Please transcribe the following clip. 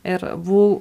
ir buvau